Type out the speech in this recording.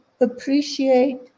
appreciate